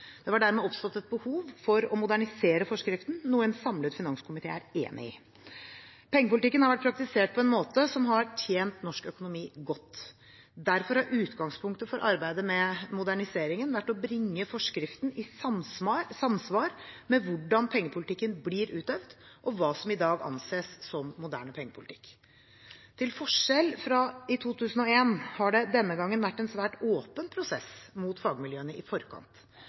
Det var dermed oppstått et behov for å modernisere forskriften, noe en samlet finanskomité er enig i. Pengepolitikken har vært praktisert på en måte som har tjent norsk økonomi godt. Derfor har utgangspunktet for arbeidet med moderniseringen vært å bringe forskriften i samsvar med hvordan pengepolitikken blir utøvd, og hva som i dag anses som moderne pengepolitikk. Til forskjell fra i 2001 har det denne gangen vært en svært åpen prosess mot fagmiljøene i forkant.